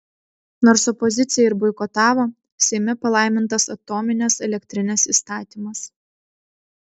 nors opozicija ir boikotavo seime palaimintas atominės elektrinės įstatymas